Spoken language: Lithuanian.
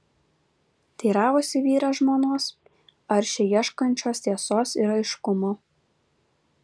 teiravosi vyras žmonos aršiai ieškančios tiesos ir aiškumo